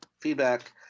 feedback